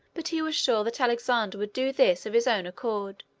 but he was sure that alexander would do this of his own accord,